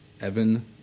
Evan